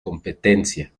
competencia